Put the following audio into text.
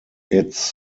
its